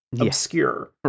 obscure